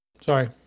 Sorry